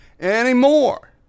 anymore